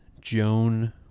Joan